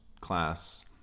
class